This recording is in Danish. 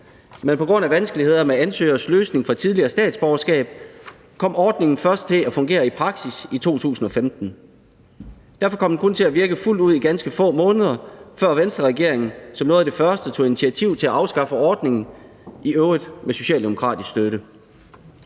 men på grund af vanskeligheder med ansøgers løsning fra et tidligere statsborgerskab kom ordningen først til at fungere i praksis i 2015. Derfor kom den kun til at virke fuldt ud i ganske få måneder, før Venstreregeringen som noget af det første tog initiativ til at afskaffe ordningen, i øvrigt med socialdemokratisk støtte.